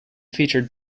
feature